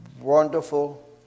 wonderful